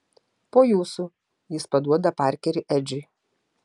po jūsų jis paduoda parkerį edžiui